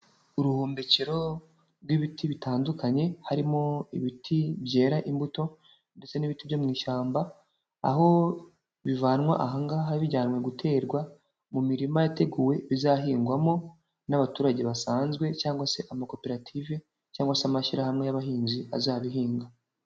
Uruhumbekero rw'ibiti bitandukanye harimo ibiti byera imbuto ndetse n'ibiti byo mu ishyamba, aho bivanwa aha ngaha bijyanwe guterwa mu mirima yateguwe bizahingwamo n'abaturage basanzwe cyangwa se amakoperative cyangwa se amashyirahamwe y'abahinzi azabihinga.